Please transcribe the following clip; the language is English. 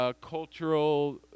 cultural